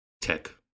tech